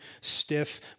stiff